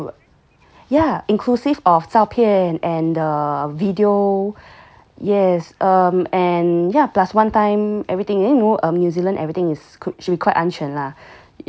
ya inclusive of 照片 and the video is um and yeah plus one time everything then you know new zealand everything is could should be quite 安全 lah